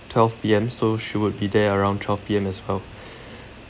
twelve P_M so she would be there around twelve P_M as well